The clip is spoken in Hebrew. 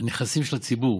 הנכסים של הציבור,